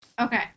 Okay